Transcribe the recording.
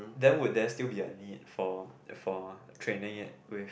then would there still be a need for for training it with